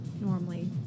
normally